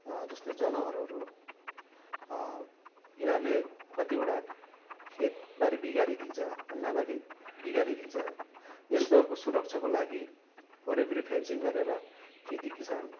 जस्तै जानवरहरू यिनीहरूले कतिवटा खेतबारी बिगारिदिन्छ अन्नबाली बिगारिदिन्छ यस्तोहरू सुरक्षाको लागि वरिपरि फेन्सिङ गरेर खेती किसान